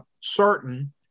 certain